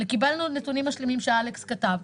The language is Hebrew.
קיבלנו נתונים משלימים שאלכס כתב.